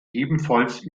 ebenfalls